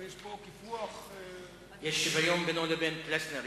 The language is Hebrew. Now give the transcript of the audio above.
יש שוויון בינו לבין חבר הכנסת פלסנר,